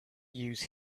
use